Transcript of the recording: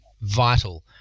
vital